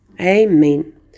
Amen